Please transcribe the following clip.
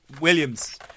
Williams